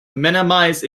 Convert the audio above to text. minimize